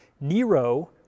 Nero